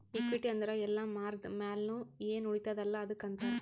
equity ಅಂದುರ್ ಎಲ್ಲಾ ಮಾರ್ದ ಮ್ಯಾಲ್ನು ಎನ್ ಉಳಿತ್ತುದ ಅಲ್ಲಾ ಅದ್ದುಕ್ ಅಂತಾರ್